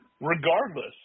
regardless